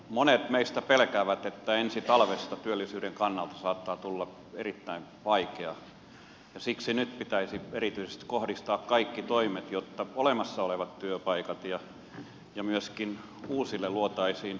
monet meistä pelkäävät että ensi talvesta työllisyyden kannalta saattaa tulla erittäin vaikea ja siksi nyt pitäisi erityisesti kohdistaa kaikki toimet jotta olemassa olevat työpaikat säilyisivät ja myöskin uusille luotaisiin edellytyksiä